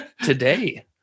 today